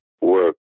work